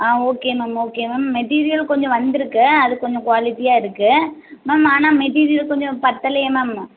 ஆ okay ma'am okay ma'am material கொஞ்சம் வந்திருக்கு அது கொஞ்சம் குவாலிட்டியாக இருக்குது மேம் ஆனால் மெட்டீரியல் கொஞ்சம் பற்றலையே மேம்